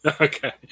Okay